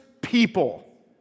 people